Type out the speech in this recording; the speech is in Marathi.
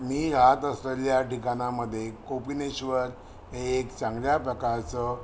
मी रहात असलेल्या ठिकाणांमध्ये कोपिनेश्वर हे एक चांगल्या प्रकारचं